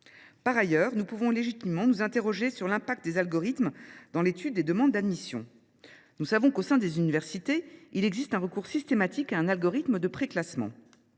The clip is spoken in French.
Par ailleurs, nous pouvons légitimement nous interroger sur l’impact des algorithmes dans l’étude des demandes d’admission. Nous le savons, les universités recourent de manière systématique à un algorithme de préclassement.